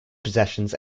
possessions